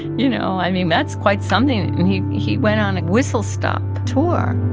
you know, i mean, that's quite something. and he he went on a whistle-stop tour